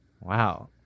Wow